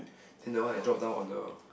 then the one I drop down on the